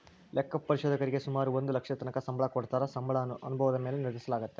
ಲೆಕ್ಕ ಪರಿಶೋಧಕರೀಗೆ ಸುಮಾರು ಒಂದು ಲಕ್ಷದತಕನ ಸಂಬಳ ಕೊಡತ್ತಾರ, ಸಂಬಳ ಅನುಭವುದ ಮ್ಯಾಲೆ ನಿರ್ಧರಿಸಲಾಗ್ತತೆ